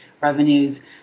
revenues